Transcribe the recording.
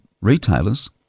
retailers